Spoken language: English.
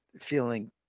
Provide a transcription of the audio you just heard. feeling